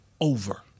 over